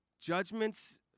Judgments